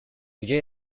gdzie